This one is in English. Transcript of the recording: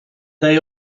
they